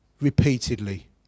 repeatedly